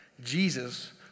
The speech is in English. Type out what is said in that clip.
Jesus